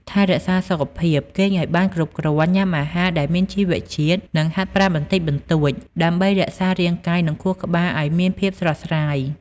ថែរក្សាសុខភាព គេងឱ្យបានគ្រប់គ្រាន់ ញ៉ាំអាហារដែលមានជីវជាតិ និងហាត់ប្រាណបន្តិចបន្តួច ដើម្បីរក្សារាងកាយ និងខួរក្បាលឱ្យមានភាពស្រស់ស្រាយ។